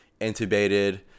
intubated